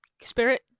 spirit